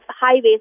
highways